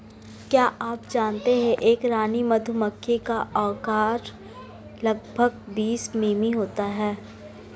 क्या आप जानते है एक रानी मधुमक्खी का आकार लगभग बीस मिमी होता है?